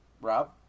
Rob